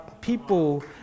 people